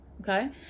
okay